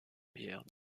pierre